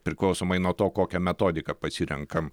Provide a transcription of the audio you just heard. priklausomai nuo to kokią metodiką pasirenkam